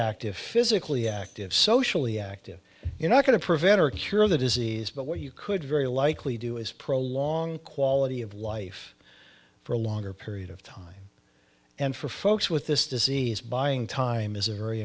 active physically active socially active you're not going to prevent or cure the disease but what you could very likely do is prolong quality of life for a longer period of time and for folks with this disease buying time is a very